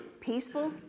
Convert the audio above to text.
peaceful